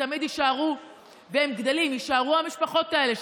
תמיד יישארו המשפחות האלה,